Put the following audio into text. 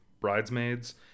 bridesmaids